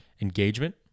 engagement